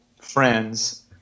friends